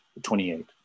28